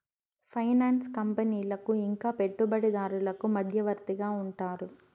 finance కంపెనీలకు ఇంకా పెట్టుబడిదారులకు మధ్యవర్తిగా ఉంటారు